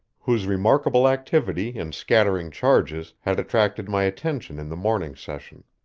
whose remarkable activity and scattering charges had attracted my attention in the morning session.